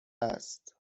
است